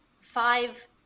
five